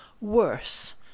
worse